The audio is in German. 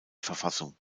verfassung